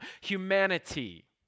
humanity